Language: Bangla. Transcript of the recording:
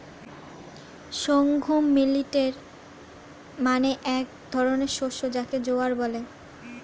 সর্ঘুম মিলেট মানে এক ধরনের শস্য যাকে জোয়ার বলে